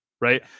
right